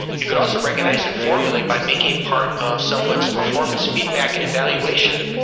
you could also recognize it formally by making it part of someone's performance feedback and evaluation.